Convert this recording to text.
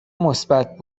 مثبت